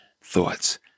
thoughts